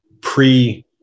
pre